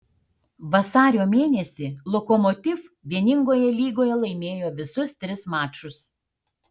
vasario mėnesį lokomotiv vieningoje lygoje laimėjo visus tris mačus